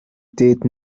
did